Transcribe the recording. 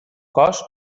cos